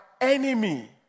enemy